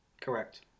correct